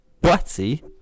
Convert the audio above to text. butty